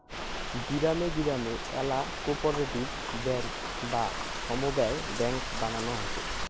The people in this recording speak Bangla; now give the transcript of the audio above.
গিরামে গিরামে আল্যা কোপরেটিভ বেঙ্ক বা সমব্যায় বেঙ্ক বানানো হসে